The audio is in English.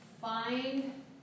Find